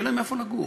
שיהיה להם איפה לגור.